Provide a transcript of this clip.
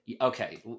okay